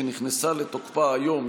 אשר נכנסה לתוקפה היום,